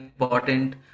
important